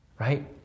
Right